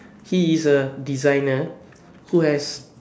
he is a designer who has